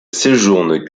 séjourne